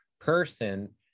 person